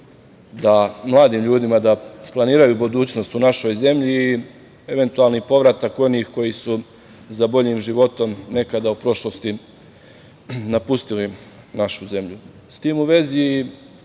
mladim ljudima da planiraju budućnost u našoj zemlji i eventualni povratak onih koji su za boljim životom nekada u prošlosti napustili našu zemlju.S tim u vezi